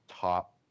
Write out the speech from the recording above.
top